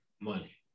money